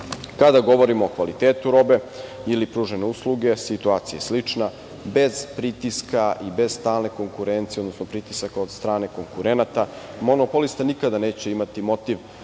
govorimo o kvalitetu robe ili pružanju usluge, situacija je slična, bez pritiska i bez stalne konkurencije, odnosno pritisaka od strane konkurenata. Monopolista nikada neće imati motiv